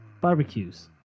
Barbecues